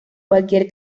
cualquier